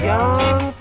Young